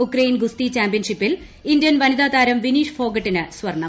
Ukraine ഗുസ്തി ചാമ്പ്യൻഷിപ്പിൽ Indian വനിതാതാരം വിനീഷ് ഫോഗട്ടിന് സ്വർണ്ണം